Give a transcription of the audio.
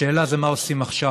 השאלה היא מה עושים עכשיו,